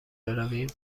برویم